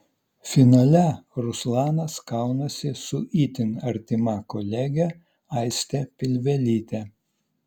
finale ruslanas kaunasi su itin artima kolege aiste pilvelyte